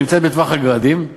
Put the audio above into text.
שנמצאת בטווח ה"גראדים",